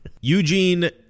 Eugene